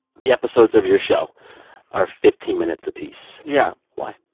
the episodes of your show are fifteen minutes apiece yeah why?